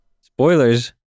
Spoilers